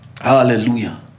Hallelujah